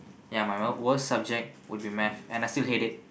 ya my my worst subject would be Math and I still hate it